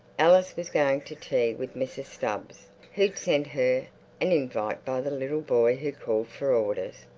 alice was going to tea with mrs stubbs, who'd sent her an invite by the little boy who called for orders.